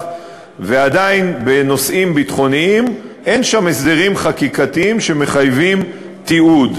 ועדיין בנושאים ביטחוניים אין שם הסדרים חקיקתיים שמחייבים תיעוד,